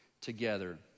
together